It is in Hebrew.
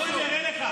בוא אני אראה לך,